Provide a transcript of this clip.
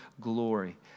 glory